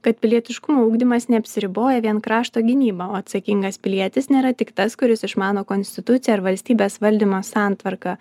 kad pilietiškumo ugdymas neapsiriboja vien krašto gynyba o atsakingas pilietis nėra tik tas kuris išmano konstituciją ir valstybės valdymo santvarką